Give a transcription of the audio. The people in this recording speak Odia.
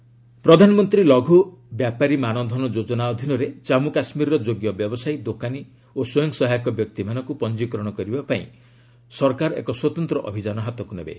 ଜେକେ ପିଏମ୍ଏଲ୍ଭିୱାଇ ପ୍ରଧାନମନ୍ତ୍ରୀ ଲଘୁ ବ୍ୟାପାରୀ ମାନଧନ ଯୋଜନା ଅଧୀନରେ ଜାମ୍ମୁ କାଶ୍କୀରର ଯୋଗ୍ୟ ବ୍ୟବସାୟୀ ଦୋକାନୀ ଓ ସ୍ୱୟଂସହାୟକ ବ୍ୟକ୍ତିମାନଙ୍କୁ ପଞ୍ଜିକରଣ କରିବା ପାଇଁ ସରକାର ଏକ ସ୍ୱତନ୍ତ୍ର ଅଭିଯାନ ହାତକୁ ନେବେ